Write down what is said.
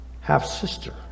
half-sister